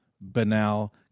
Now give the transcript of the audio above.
banal